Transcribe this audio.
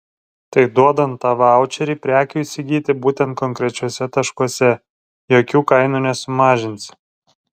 tai duodant tą vaučerį prekių įsigyti būtent konkrečiuose taškuose jokių kainų nesumažinsi